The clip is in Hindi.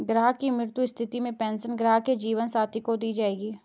ग्राहक की मृत्यु की स्थिति में पेंशन ग्राहक के जीवन साथी को दी जायेगी